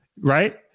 right